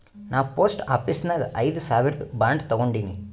ನಾ post office ನಾಗ್ ಐಯ್ದ ಸಾವಿರ್ದು ಬಾಂಡ್ ತಗೊಂಡಿನಿ